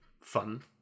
fun